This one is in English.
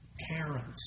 parents